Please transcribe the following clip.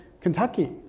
Kentucky